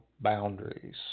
boundaries